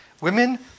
Women